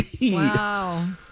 wow